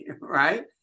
Right